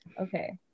okay